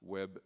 web